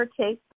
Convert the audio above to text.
take